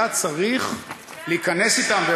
היה צריך להיכנס אתם.